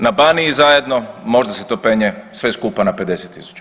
Na Baniji zajedno možda se to penje sve skupa na 50 000.